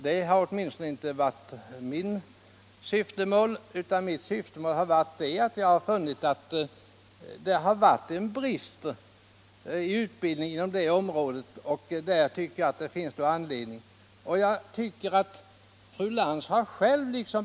Det har åtminstone inte varit mitt syfte, Jag har funnit att det råder brist på gymnasieutbildning i Simrishamnsområdet, och det finns då anledning att föreslå en sådan där.